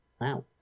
Wow